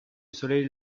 soleil